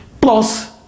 plus